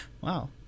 wow